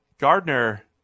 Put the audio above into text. Gardner